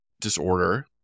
disorder